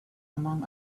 among